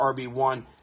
RB1